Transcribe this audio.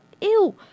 ew